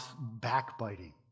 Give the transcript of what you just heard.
backbiting